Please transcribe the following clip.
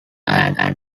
add